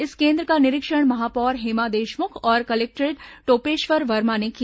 इस केन्द्र का निरीक्षण महापौर हेमा देशमुख और कलेक्टर टोपेश्वर वर्मा ने किया